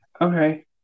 okay